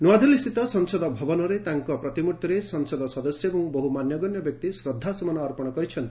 ନୂଆଦିଲ୍ଲୀସ୍ଥିତ ସଂସଦ ଭବନରେ ତାଙ୍କ ପ୍ରତିମୂର୍ତ୍ତିରେ ସଂସଦ ସଦସ୍ୟ ଏବଂ ବହୁ ମାନ୍ୟଗଣ୍ୟ ବ୍ୟକ୍ତି ଶ୍ରଦ୍ଧାସୁମନ ଅର୍ପଣ କରୁଛନ୍ତି